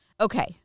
Okay